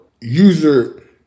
user